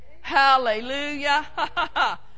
Hallelujah